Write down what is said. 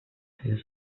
his